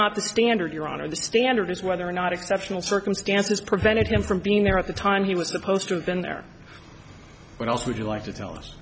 not the standard your honor the standard is whether or not exceptional circumstances prevented him from being there at the time he was supposed to have been there what else would you like to tell us